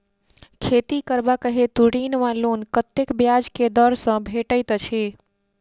खेती करबाक हेतु ऋण वा लोन कतेक ब्याज केँ दर सँ भेटैत अछि?